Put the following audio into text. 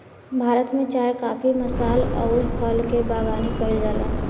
भारत में चाय काफी मसाल अउर फल के बगानी कईल जाला